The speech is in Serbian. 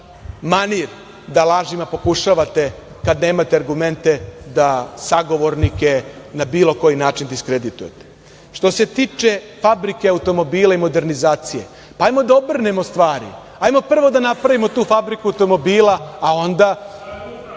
manir, da lažima pokušavate, kad nemate argumente, da sagovornike na bilo koji način diskreditujemo. Što se tiče fabrike automobila i modernizacije, pa hajmo da obrnemo stvari, hajmo prvo da napravimo tu fabriku automobila, a onda